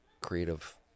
creative